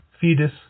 fetus